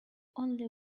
only